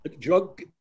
drug